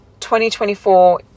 2024